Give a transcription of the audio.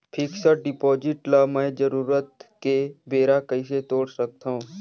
Fixed deposit ल मैं जरूरत के बेरा कइसे तोड़ सकथव?